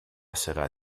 sera